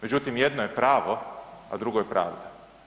Međutim, jedno je pravo a drugo je pravda.